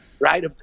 right